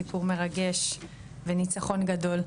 סיפור מרגש וניצחון גדול.